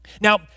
Now